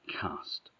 cast